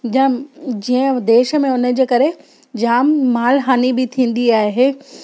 जाम जीअं देश में उनजे करे माल हानि बि थींदी आहे